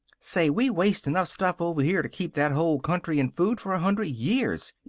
say, we waste enough stuff over here to keep that whole country in food for a hundred years.